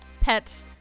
pet